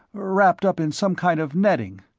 wrapped up in some kind of netting.